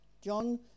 John